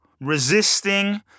Resisting